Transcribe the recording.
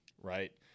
right